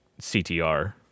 CTR